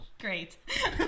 Great